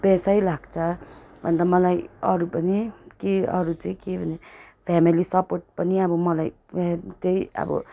पैसै लाग्छ अन्त मलाई अरू पनि के अरू चाहिँ के भने फेमेली सपोर्ट पनि अब मलाई त्यही अब